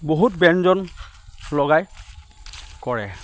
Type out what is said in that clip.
বহুত ব্যঞ্জন লগাই কৰে